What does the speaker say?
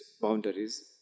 boundaries